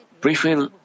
Briefly